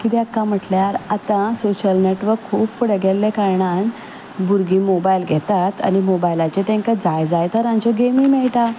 कित्याक कांय म्हणल्यार आतां सोशियल नॅटवर्क खूब फुडें गेल्ले कारणान भुरगीं मोबायल घेतात आनी मोबायलांचेर तेंकां जाय जाय तरांच्यो गेमी मेळटा